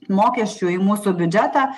mokesčių į mūsų biudžetą